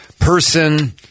person